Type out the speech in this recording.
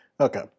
Okay